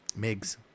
Migs